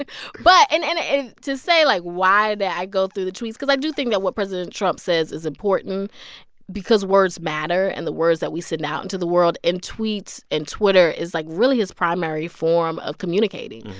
ah but and and ah to say, like, why did i go through the tweets? because i do think that what president trump says is important because words matter, and the words that we send out into the world. and tweets and twitter is, like, really his primary form of communicating.